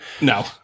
No